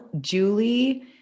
Julie